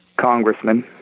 congressman